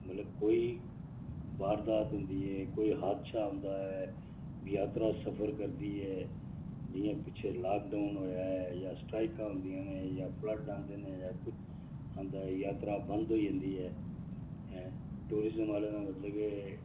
मतलब कोई वारदात होंदी ऐ कोई हादसा होंदा ऐ जात्तरा सफर करदी ऐ जि'यां पिच्छै लाक डाउन होएआ ऐ जां स्ट्राइकां होंदियां ने जां फ्लड आंदे न जात्तरा बंद होई जंदी ऐ टूरिजम आह्लें दा मतलब के